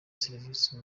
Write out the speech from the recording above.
serivisi